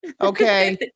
Okay